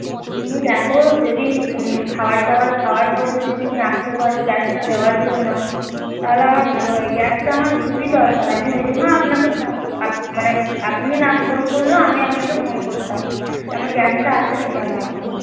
তুমি দেখ যদি খওয়ারদাওয়ার খাওয়ার পর যদি তুমি আসতে পারো গ্যাসটা দেওয়ার জন্য তাহলে আমার ভালো হয় গ্যাসটা আমার খুবই দরকার আমি ওই জন্য আপনাকে ফোন না মানে আপনি ফোন না করলেও আমি আপনাকে ফোন করতাম যে আমার গ্যাসটা আসেনি কেন এখনও